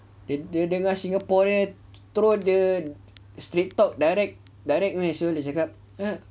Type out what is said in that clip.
dia dia dengar singaporean terus dia straight talk direct direct punya [siol]